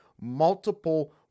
multiple